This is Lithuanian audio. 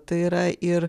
tai yra ir